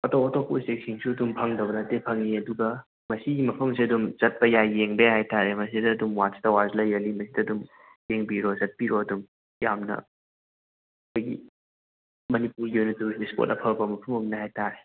ꯑꯇꯣꯞ ꯑꯇꯣꯞꯄ ꯎꯆꯦꯛꯁꯤꯡꯁꯨ ꯐꯪꯗꯕ ꯅꯠꯇꯦ ꯐꯪꯉꯤ ꯑꯗꯨꯒ ꯃꯁꯤꯒꯤ ꯃꯐꯝꯁꯦ ꯑꯗꯨꯝ ꯆꯠꯄ ꯌꯥꯏ ꯌꯦꯡꯕ ꯌꯥꯏ ꯍꯥꯏꯇꯥꯔꯦ ꯃꯁꯤꯗ ꯑꯗꯨꯝ ꯋꯥꯠꯆ ꯇꯋꯥꯔꯁꯨ ꯂꯩꯕꯅꯤ ꯃꯁꯤꯗ ꯑꯗꯨꯝ ꯌꯦꯡꯕꯤꯔꯣ ꯆꯠꯄꯤꯔꯣ ꯑꯗꯨꯝ ꯌꯥꯝꯅ ꯑꯩꯈꯣꯏꯒꯤ ꯃꯅꯤꯄꯨꯔꯒꯤ ꯑꯣꯏꯅ ꯇꯧꯔꯤꯁ ꯏꯁꯄꯣꯠ ꯑꯐꯕ ꯃꯐꯝ ꯑꯃꯅꯦ ꯍꯥꯏꯇꯥꯔꯦ